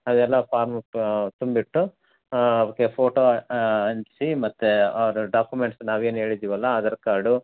ಅದೆಲ್ಲ ಫಾರ್ಮೆಟ್ ತುಂಬಿಟ್ಟು ಅದಕ್ಕೆ ಫೋಟೊ ಅಂಟಿಸಿ ಮತ್ತೆ ಅವರು ಡಾಕ್ಯುಮೆಂಟ್ಸು ನಾವೇನು ಹೇಳಿದ್ದೀವಲ್ಲ ಆಧಾರ್ ಕಾರ್ಡು